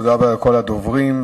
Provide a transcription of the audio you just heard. תודה רבה לכל הדוברים.